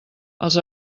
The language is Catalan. els